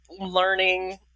learning